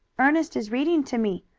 ernest is reading to me.